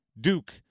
Duke